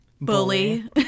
Bully